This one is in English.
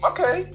Okay